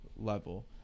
level